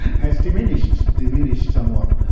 has diminished diminished somewhat.